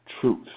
truth